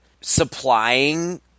supplying